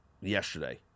yesterday